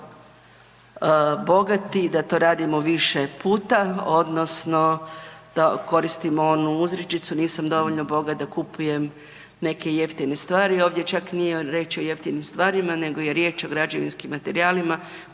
bogati da to radimo više puta odnosno da koristim onu uzrečicu „nisam dovoljno bogat da kupujem neke jeftine stvari“. Ovdje čak nije riječ o jeftinim stvarima nego je riječ o građevinskim materijalima